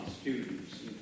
students